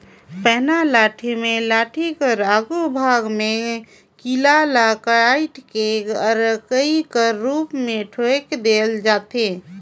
पैना लाठी मे लाठी कर आघु भाग मे खीला ल काएट के अरई कर रूप मे ठोएक देहल जाथे